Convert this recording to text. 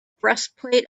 breastplate